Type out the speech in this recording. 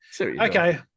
Okay